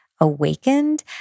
awakened